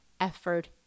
effort